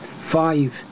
five